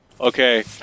Okay